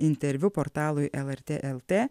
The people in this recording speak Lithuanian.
interviu portalui lrt lt